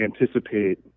anticipate